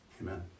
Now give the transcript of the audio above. Amen